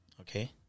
okay